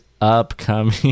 upcoming